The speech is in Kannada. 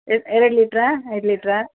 ಎ ಎರಡು ಲೀಟ್ರಾ ಐದು ಲೀಟ್ರಾ